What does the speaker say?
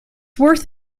worth